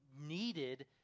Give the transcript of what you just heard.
needed